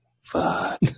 Fuck